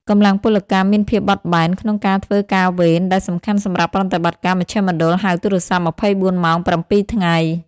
កម្លាំងពលកម្មមានភាពបត់បែនក្នុងការធ្វើការវេន ដែលសំខាន់សម្រាប់ប្រតិបត្តិការមជ្ឈមណ្ឌលហៅទូរស័ព្ទ 24 ម៉ោង 7 ថ្ងៃ។